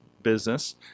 Business